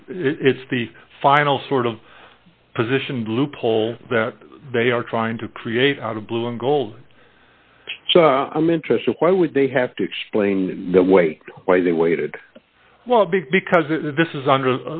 time it's the final sort of positioned loophole that they are trying to create out of blue and gold so i'm interested why would they have to explain the wait why they waited well big because this is under